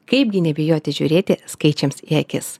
kaipgi nebijoti žiūrėti skaičiams į akis